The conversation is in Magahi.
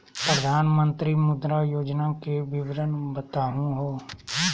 प्रधानमंत्री मुद्रा योजना के विवरण बताहु हो?